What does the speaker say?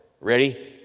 Ready